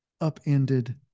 upended